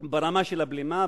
ברמה של הבלימה,